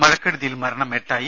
മഴക്കെടുതിയിൽ മരണം എട്ടായി